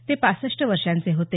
ते पासष्ट वर्षांचे होते